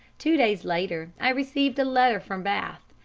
two days later i received a letter from bath,